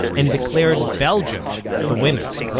and declared belgium the winner